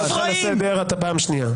שרון, אני קורא אותך לסדר פעם ראשונה.